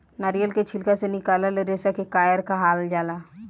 नारियल के छिलका से निकलाल रेसा के कायर कहाल जाला